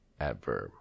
Adverb